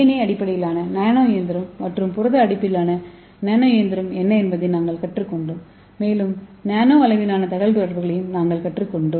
ஏ அடிப்படையிலான நானோ இயந்திரம் மற்றும் புரத அடிப்படையிலான நானோ இயந்திரம் என்ன என்பதை நாங்கள் கற்றுக்கொண்டோம் மேலும் நானோ அளவிலான தகவல்தொடர்புகளையும் நாங்கள் கற்றுக்கொண்டோம்